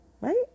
Right